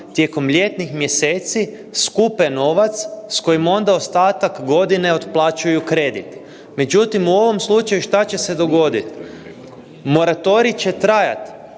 tijekom ljetnih mjeseci skupe novac s kojim onda ostatak godine otplaćuju kredit. Međutim, u ovom slučaju, što će se dogoditi? Moratorij će trajati,